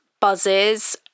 buzzes